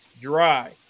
dry